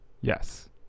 Yes